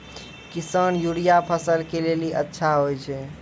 किसान यूरिया फसल के लेली अच्छा होय छै?